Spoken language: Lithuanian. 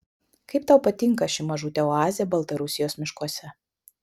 kaip tau patinka ši mažutė oazė baltarusijos miškuose